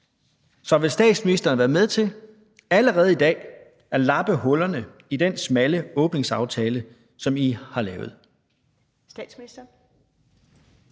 Så vil statsministeren være med til allerede i dag at lappe hullerne i den smalle åbningsaftale, som I har lavet?